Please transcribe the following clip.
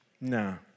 No